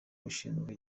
ushinzwe